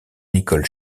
nicole